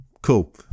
Cool